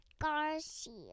Garcia